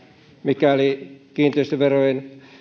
mikäli kiinteistöverojen